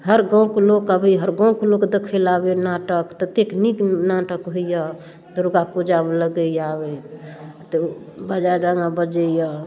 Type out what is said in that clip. हर गाँवके लोक आबैय हर गाँवके लोक देखै लए आबैय नाटक ततेक नीक नाटक होइए दुर्गापूजा लागैए तऽ बजैय